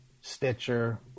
Stitcher